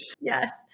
yes